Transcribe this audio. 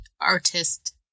artist